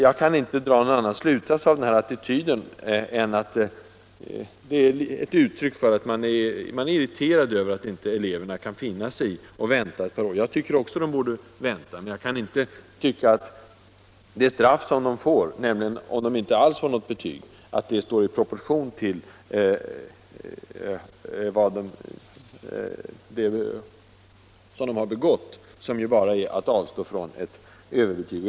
Jag kan inte dra någon annan slutsats av den här attityden än att den är uttryck för att man är irriterad över att eleverna inte kan finna sig i att vänta på en reform ett par år. Jag tycker också att de borde vänta, men jag kan inte tycka att det straff som de riskerar, nämligen att inte alls få något betyg, står i proportion till vad de har begått — att bara avstå från överbetyg.